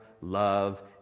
love